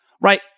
right